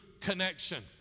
connection